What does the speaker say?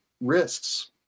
risks